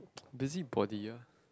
busybody ah